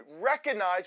recognize